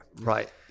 right